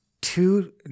two